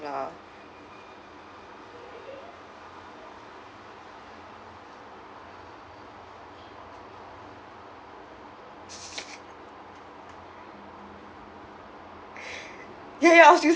lah ya ya I was